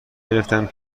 گرفتم